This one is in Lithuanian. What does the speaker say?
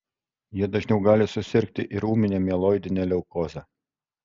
jie dažniau gali susirgti ir ūmine mieloidine leukoze